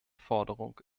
forderung